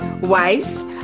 wives